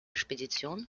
spedition